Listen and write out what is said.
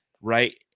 right